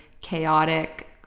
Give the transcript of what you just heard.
chaotic